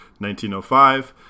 1905